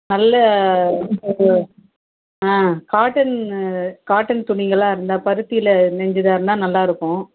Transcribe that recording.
நல்ல ஒரு ஆ காட்டன்னு காட்டன் துணிகளாக இருந்தால் பருத்தியில் நெஞ்சதாக இருந்தால் நல்லா இருக்கும்